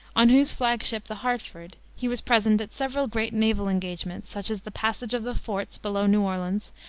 on whose flag-ship, the hartford, he was present at several great naval engagements, such as the passage of the forts below new orleans,